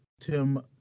Tim